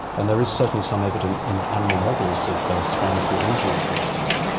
and there is certainly some evidence in animal models of spinal cord injury, for instance,